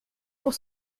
pour